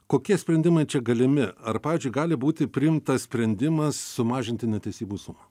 kokie sprendimai čia galimi ar pavyzdžiui gali būti priimtas sprendimas sumažinti netesybų sumą